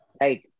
right